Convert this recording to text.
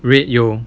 red 有